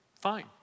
fine